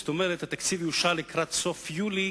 זאת אומרת שהתקציב יאושר לקראת סוף יולי,